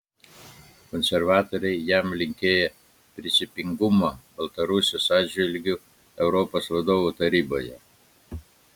konservatoriai jam linkėjo principingumo baltarusijos atžvilgiu europos vadovų taryboje